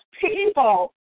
people